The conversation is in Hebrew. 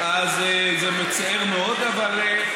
אז זה מצער מאוד, אבל,